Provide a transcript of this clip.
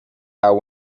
how